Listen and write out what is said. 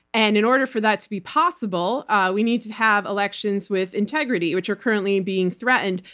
and in order for that to be possible we need to have elections with integrity, which are currently being threatened.